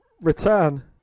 return